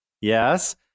Yes